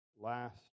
last